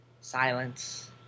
Silence